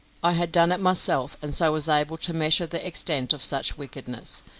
i had done it myself, and so was able to measure the extent of such wickedness.